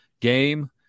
game